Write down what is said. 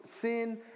sin